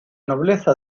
nobleza